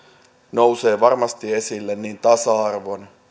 nousevat varmasti esille niin tasa arvon